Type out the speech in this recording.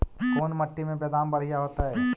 कोन मट्टी में बेदाम बढ़िया होतै?